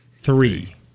three